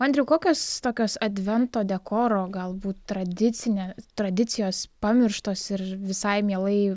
andriau kokios tokios advento dekoro galbūt tradicinė tradicijos pamirštos ir visai mielai